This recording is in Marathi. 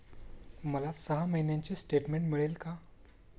मला सहा महिन्यांचे स्टेटमेंट मिळेल का?